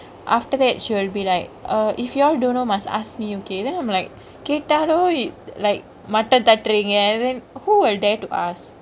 after that she will be like err if you all don't know must ask me okay then I'm like கேட்டாலு:ketaalu like மட்டொ தட்டுரீங்க:matto tadringkge and then who will dare to ask